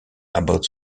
about